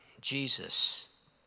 Jesus